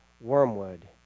wormwood